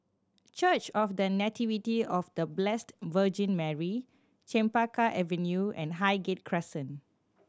Church of The Nativity of The Blessed Virgin Mary Chempaka Avenue and Highgate Crescent